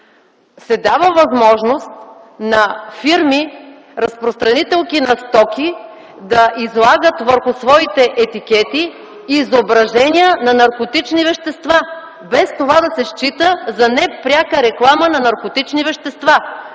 се дава възможност на фирми, разпространителки на стоки, да излагат върху своите етикети изображения на наркотични вещества, без това да се счита за непряка реклама на наркотични вещества.